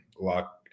lock